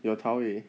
eh